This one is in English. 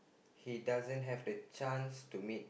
he doesn't have the chance to meet